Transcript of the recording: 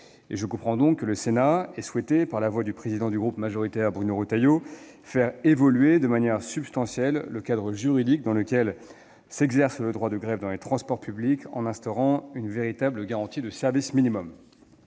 Je comprends donc que le Sénat ait souhaité, par la voix du président du groupe majoritaire, Bruno Retailleau, faire évoluer de manière substantielle le cadre juridique dans lequel s'exerce le droit de grève dans les transports publics, en instaurant une véritable garantie de service minimum.